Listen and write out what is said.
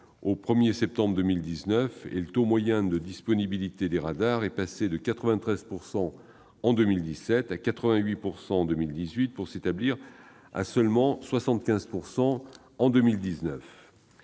au 1 septembre 2019 ; le taux moyen de disponibilité des radars est passé de 93 % en 2017 à 88 % en 2018, pour s'établir à seulement 75 % en 2019.